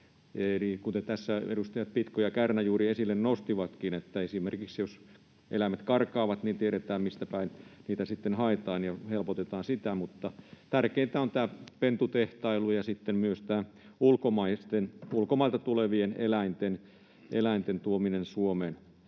kuten tässä edustajat Pitko ja Kärnä juuri esille nostivatkin, esimerkiksi jos eläimet karkaavat, niin tiedetään, mistä päin niitä sitten haetaan, ja helpotetaan sitä. Mutta tärkeintä on puuttua tähän pentutehtailuun ja sitten myös tähän ulkomailta tulevien eläinten tuomiseen Suomeen.